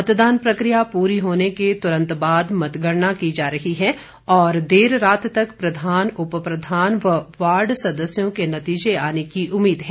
मतदान प्रक्रिया पूरी होने के तुरंत बाद मतगणना की जा रही है और देर रात तक प्रधान उपप्रधान और वार्ड सदस्यों के नतीजे आने की उम्मीद है